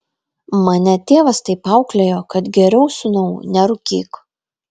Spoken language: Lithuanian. mane tėvas taip auklėjo kad geriau sūnau nerūkyk